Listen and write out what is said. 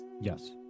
Yes